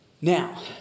Now